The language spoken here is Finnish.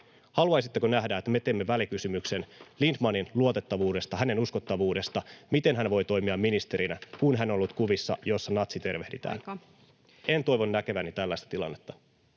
Haluaisitteko nähdä, että me teemme välikysymyksen Lindtmanin luotettavuudesta, hänen uskottavuudestaan, miten hän voi toimia ministerinä, kun hän ollut kuvissa, joissa natsitervehditään? [Puhemies: Aika!] En toivo näkeväni tällaista tilannetta.